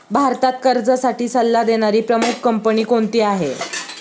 भारतात कर्जासाठी सल्ला देणारी प्रमुख कंपनी कोणती आहे?